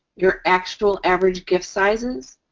your actual average gift sizes,